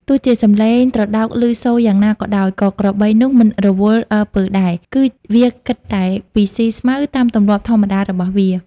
ទោះជាសំេឡងត្រដោកឮសូរយ៉ាងណាក៏ដោយ ក៏ក្របីនោះមិនរវល់អើពើដែរ គឺវាគិតតែពីស៊ីស្មៅតាមទម្លាប់ធម្មតារបស់វា។